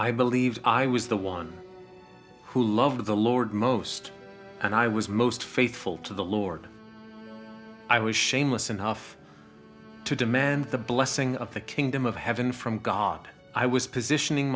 i believed i was the one who loved the lord most and i was most faithful to the lord i was shameless enough to demand the blessing of the kingdom of heaven from god i was positioning